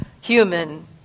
human